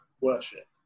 worship